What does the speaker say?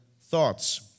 thoughts